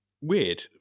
weird